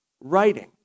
writing